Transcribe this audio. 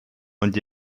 und